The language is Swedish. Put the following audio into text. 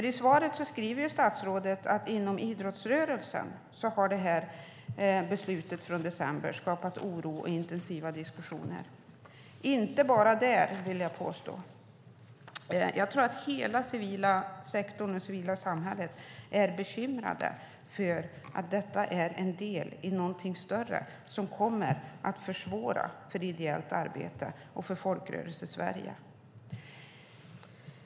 I svaret säger statsrådet att detta beslut från december har skapat oro och intensiva diskussioner inom idrottsrörelsen. Men det är inte bara där, vill jag påstå. Jag tror att hela det civila samhället är bekymrat för att detta är en del i någonting större som kommer att försvåra för ideellt arbete och för Folkrörelsesverige.